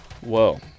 Whoa